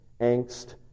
angst